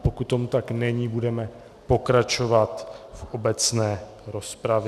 Pokud tomu tak není, budeme pokračovat v obecné rozpravě.